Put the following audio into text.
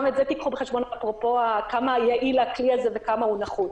גם את זה תיקחו בחשבון אפרופו כמה יעיל הכלי הזה וכמה הוא נחוץ.